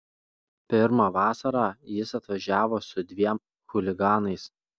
pirmą vasarą jis atvažiavo su dviem chuliganais